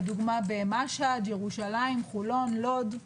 לדוגמה, במשהד בירושלים, בחולון, בלוד,